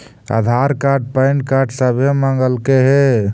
आधार card PAN card सभे मगलके हे?